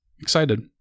excited